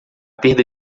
perda